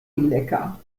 lecker